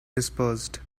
dispersed